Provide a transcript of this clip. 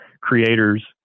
creators